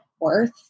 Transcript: worth